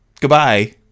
goodbye